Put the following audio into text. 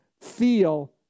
feel